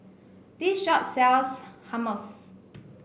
this shop sells Hummus